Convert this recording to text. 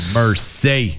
mercy